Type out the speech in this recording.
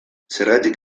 zergatik